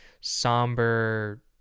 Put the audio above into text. somber